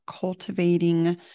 cultivating